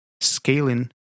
scaling